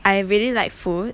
I really like food